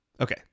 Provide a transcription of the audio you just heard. Okay